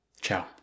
Ciao